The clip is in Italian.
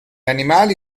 animali